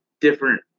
different